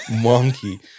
monkey